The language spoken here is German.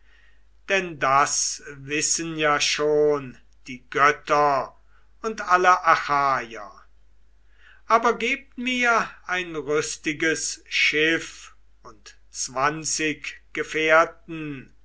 denn das wissen ja schon die götter und alle achaier aber gebt mir ein rüstiges schiff und zwanzig gefährten